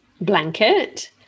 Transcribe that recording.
blanket